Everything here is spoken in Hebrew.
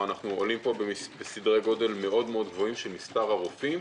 אנחנו עולים בסדרי גודל מאוד גבוהים במספר הרופאים.